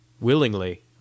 Willingly